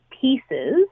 pieces